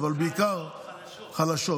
חלשות.